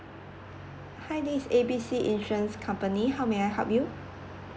hi this A B C insurance company how may I help you